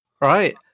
right